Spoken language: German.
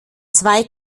zwei